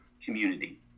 community